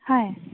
হয়